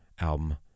album